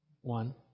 One